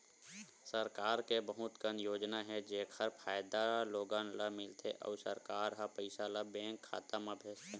सरकार के बहुत कन योजना हे जेखर फायदा लोगन ल मिलथे अउ सरकार ह पइसा ल बेंक खाता म भेजथे